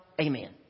amen